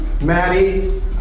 Maddie